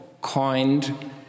coined